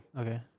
Okay